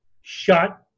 shot